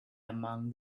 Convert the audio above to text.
among